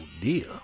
dear